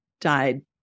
died